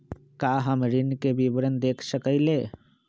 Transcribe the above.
का हम ऋण के विवरण देख सकइले?